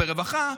ברווחה,